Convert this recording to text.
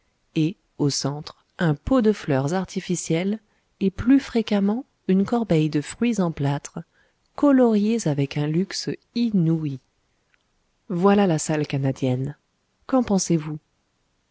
et au centre un pot de fleurs artificielles et plus fréquemment une corbeille de fruits en plâtre coloriés avec un luxe inouï voilà la salle canadienne qu'en pensez-vous